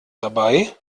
dabei